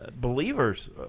believers